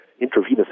intravenous